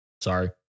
sorry